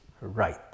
right